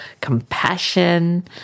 compassion